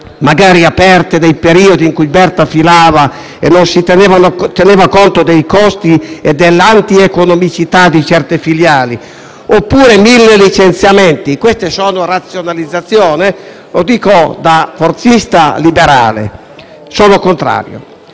magari nei periodi in cui Berta filava, quando non si teneva conto dei costi e dell'antieconomicità di alcune di esse - oppure i mille licenziamenti: questa è la razionalizzazione? Lo dico da forzista liberale: sono contrario.